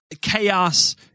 Chaos